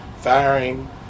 firing